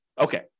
Okay